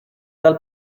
tal